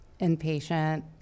inpatient